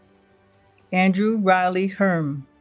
andrew riley hurm